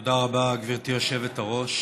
תודה רבה, גברתי היושבת-ראש.